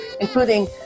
including